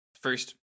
first